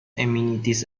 amenities